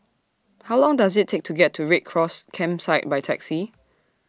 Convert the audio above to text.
How Long Does IT Take to get to Red Cross Campsite By Taxi